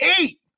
eight